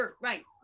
Right